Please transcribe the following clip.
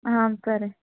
సరే